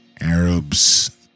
Arabs